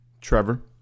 Trevor